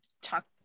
talk